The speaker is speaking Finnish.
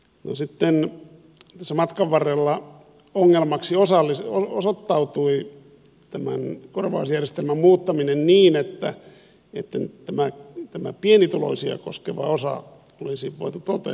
sitten tässä matkan varrella ongelmaksi osoittautui tämän korvausjärjestelmän muuttaminen niin että tämä pienituloisia koskeva osa olisi voitu toteuttaa